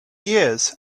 years